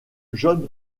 john